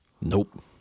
Nope